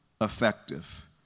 effective